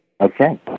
Okay